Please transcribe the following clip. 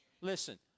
Listen